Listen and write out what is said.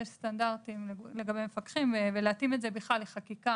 יש סטנדרטים למפקחים ולהתאימן לחקיקה,